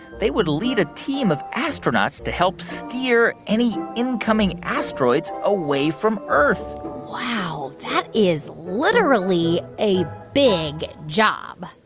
they would lead a team of astronauts to help steer any incoming asteroids away from earth wow. that is literally a big job.